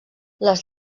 les